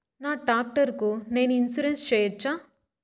నా టాక్టర్ కు నేను ఇన్సూరెన్సు సేయొచ్చా?